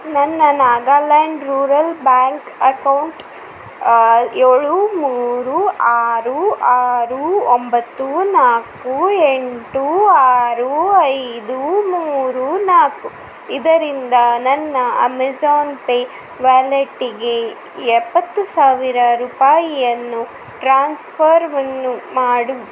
ನನ್ನ Nagaland rural bank account ಏಳು ಮೂರು ಆರು ಆರು ಒಂಬತ್ತು ನಾಲ್ಕು ಎಂಟು ಆರು ಐದು ಮೂರು ನಾಲ್ಕು ಇದರಿಂದ ನನ್ನ ಅಮೆಜಾನ್ ಪೇ ವ್ಯಾಲೆಟಿಗೆ ಎಪ್ಪತ್ತು ಸಾವಿರ ರೂಪಾಯಿಯನ್ನು ಟ್ರಾನ್ಸ್ಫರನ್ನು ಮಾಡು